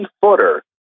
footer